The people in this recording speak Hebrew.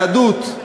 היהדות,